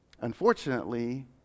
Unfortunately